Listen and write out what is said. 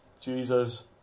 Jesus